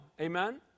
Amen